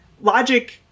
logic